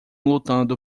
lutando